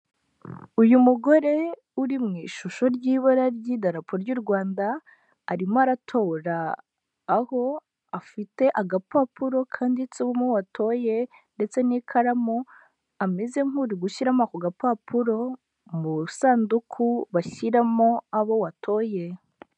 Uyu mugore uri mu ishusho ry'ibara ry'idarapo ry'u Rwanda arimo aratora, aho afite agapapuro kanditse uwo watoye ndetse n'ikaramu ameze nk'uri gushyiramo ako gapapuro mu isanduku bashyiramo abo watoye.